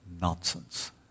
nonsense